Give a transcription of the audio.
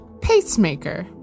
Pacemaker